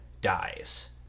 dies